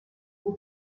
who